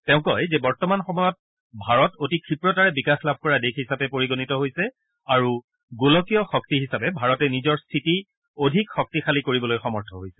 তেওঁ কয় যে বৰ্তমান সময়ত ভাৰত অতি ক্ষীপ্ৰতাৰে বিকাশ লাভ কৰা দেশ হিচাপে পৰিগণিত হৈছে আৰু এক গোলকীয় শক্তি হিচাপে ভাৰতে নিজৰ স্থিতি আৰু অধিক শক্তিশালী কৰিবলৈ সক্ষম হৈছে